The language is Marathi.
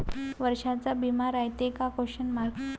वर्षाचा बिमा रायते का?